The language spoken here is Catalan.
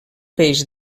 peix